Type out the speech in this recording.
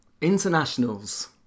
internationals